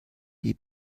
die